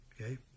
Okay